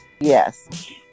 Yes